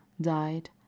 died